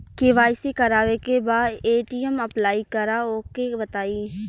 KYC करावे के बा ए.टी.एम अप्लाई करा ओके बताई?